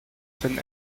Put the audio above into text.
than